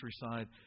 countryside